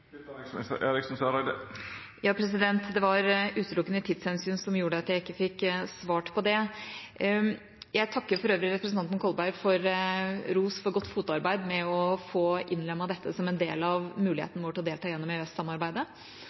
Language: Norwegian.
Det var utelukkende tidshensyn som gjorde at jeg ikke fikk svart på det. Jeg takker for øvrig representanten Kolberg for ros for godt fotarbeid med hensyn til å få innlemmet dette som en del av muligheten vår til å delta gjennom